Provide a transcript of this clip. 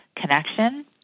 connection